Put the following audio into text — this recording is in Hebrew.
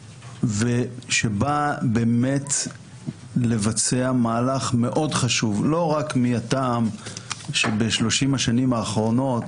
התיקון בא לבצע מהלך מאוד חשוב לא רק מהטעם שב-30 השנים האחרונות,